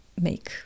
make